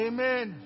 Amen